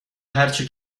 هرچی